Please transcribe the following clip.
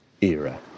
era